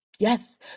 Yes